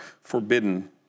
forbidden